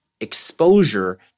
exposure